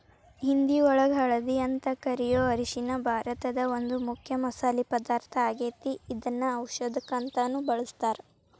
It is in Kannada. ಹಿಂದಿಯೊಳಗ ಹಲ್ದಿ ಅಂತ ಕರಿಯೋ ಅರಿಶಿನ ಭಾರತದ ಒಂದು ಮುಖ್ಯ ಮಸಾಲಿ ಪದಾರ್ಥ ಆಗೇತಿ, ಇದನ್ನ ಔಷದಕ್ಕಂತಾನು ಬಳಸ್ತಾರ